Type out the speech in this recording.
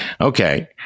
Okay